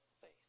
faith